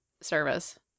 service